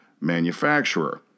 manufacturer